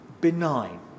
benign